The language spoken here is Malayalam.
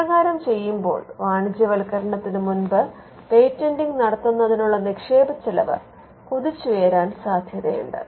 ഇപ്രകാരം ചെയ്യുമ്പോൾ വാണിജ്യവത്കരണത്തിന് മുൻപ് പേറ്റന്റിങ് നടത്തുന്നതിനുള്ള നിക്ഷേപ ചിലവ് കുതിച്ചുയരാൻ സാദ്ധ്യതയുണ്ട്